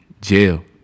jail